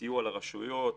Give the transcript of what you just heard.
סיוע לרשויות,